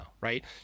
right